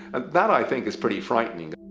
and that i think is pretty frightening.